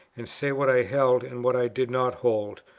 and say what i held and what i did not hold?